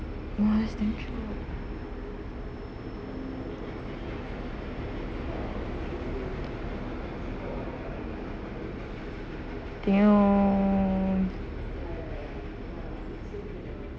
!wah! it's damn cute